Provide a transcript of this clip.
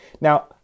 Now